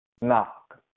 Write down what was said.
knock